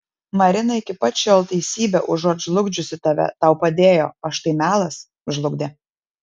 marina iki pat šiol teisybė užuot žlugdžiusi tave tau padėjo o štai melas žlugdė